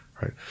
right